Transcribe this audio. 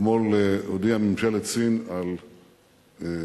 אתמול הודיעה ממשלת סין על הזמנה